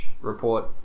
report